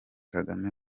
kagame